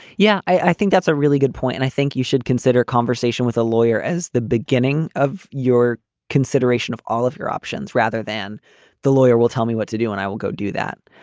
yeah, i think that's a really good point. and i think you should consider conversation with a lawyer as the beginning of your consideration of all of your options rather than the lawyer will tell me what to do and i will go do that.